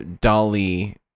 dolly